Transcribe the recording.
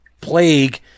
plague